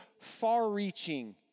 far-reaching